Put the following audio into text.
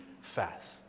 fast